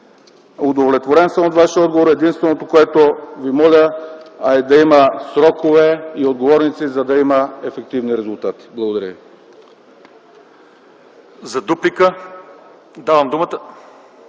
Удовлетворен съм от Вашия отговор. Единственото, което Ви моля, е да има срокове и отговорници, за да има ефективни резултати. Благодаря Ви.